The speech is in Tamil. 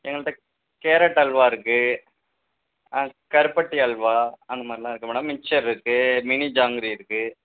எங்கள்கிட்ட கேரட் அல்வா இருக்கு கருப்பட்டி அல்வா அந்த மாதிரிலா இருக்கு மேடம் மிச்சர்ருக்கு மினி ஜாங்கிரி இருக்கு